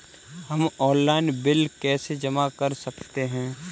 हम online bill कैसे जमा कर सकते हैं?